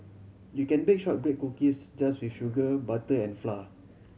you can bake shortbread cookies just with sugar butter and flour